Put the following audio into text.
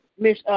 Miss